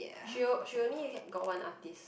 she o~ she only get got one artist